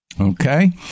Okay